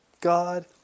God